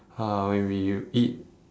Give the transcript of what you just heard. uh when we you eat